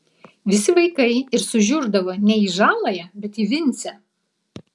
visi vaikai ir sužiurdavo ne į žaląją bet į vincę